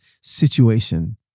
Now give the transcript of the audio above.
situation